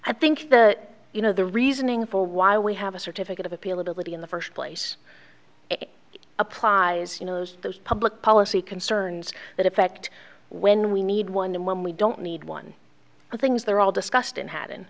i think that you know the reasoning for why we have a certificate of appeal ability in the first place it applies you know those those public policy concerns that effect when we need one and when we don't need one of things they're all discussed and hadn't